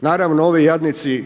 Naravno ovi jadnici